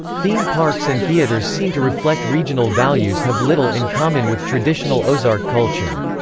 theme parks and theatres seen to reflect regional values have little in common with traditional ozark culture.